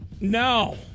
No